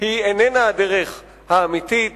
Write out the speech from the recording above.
איננה הדרך האמיתית,